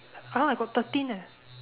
how come I got thirteen eh